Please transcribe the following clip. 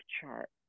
chart